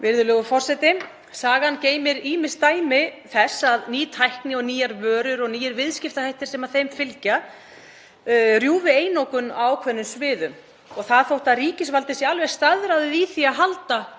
Virðulegur forseti. Sagan geymir ýmis dæmi þess að ný tækni og nýjar vörur og nýir viðskiptahættir sem þeim fylgja rjúfi einokun á ákveðnum sviðum og það þótt að ríkisvaldið sé alveg staðráðið í því að halda